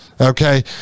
Okay